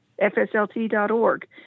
FSLT.org